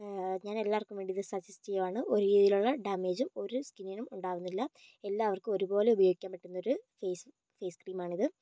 ഞാൻ എല്ലാവർക്കും വേണ്ടി ഇത് സജസ്റ്റ് ചെയ്യുകയാണ് ഒരു രീതിയിലുള്ള ഡാമേജ് ഒരു സ്കിന്നിന് ഉണ്ടാവുന്നില്ല എല്ലാവർക്കും ഒരുപോലെ ഉപയോഗിക്കാൻ പറ്റുന്ന ഒരു ഫെയ്സ് ഫെയ്സ്ക്രീം ആണ് ഇത്